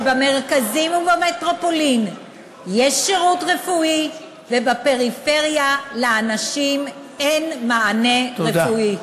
שבמרכזים ובמטרופולין יש שירות רפואי ובפריפריה לאנשים אין מענה רפואי.